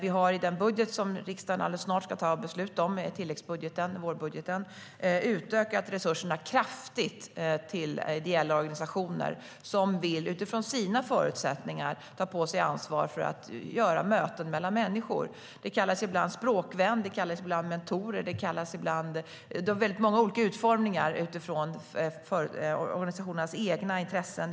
I den budget som riksdagen snart ska fatta beslut om, vårbudgeten, har vi utökat resurserna kraftigt till ideella organisationer som utifrån sina förutsättningar vill ta på sig ansvar för att ordna möten mellan människor. Det kallas ibland språkvänner, ibland mentorer och så vidare. Det finns många utformningar av detta utifrån organisationernas egna intressen.